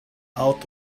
out